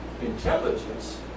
intelligence